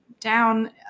Down